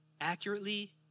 accurately